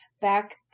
back